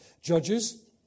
Judges